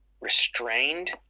restrained